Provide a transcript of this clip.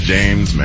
James